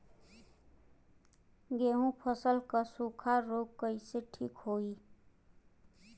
गेहूँक फसल क सूखा ऱोग कईसे ठीक होई?